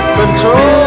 control